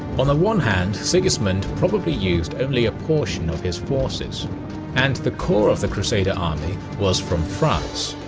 on the one hand, sigismund probably used only a portion of his forces and the core of the crusader army was from france.